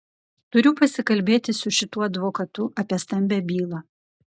turiu pasikalbėti su šituo advokatu apie stambią bylą